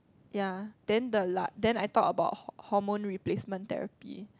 ya then the la~ then I talk about hor~ hormone replacement therapy